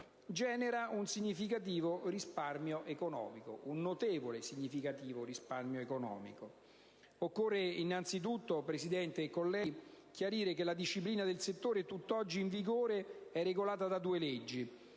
da anni una crisi economica), genera un significativo risparmio economico. Occorre innanzitutto, Signor Presidente e colleghi, chiarire che la disciplina del settore tutt'oggi in vigore è regolata da due leggi: